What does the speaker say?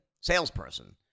salesperson